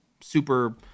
super